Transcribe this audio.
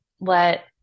let